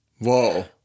Whoa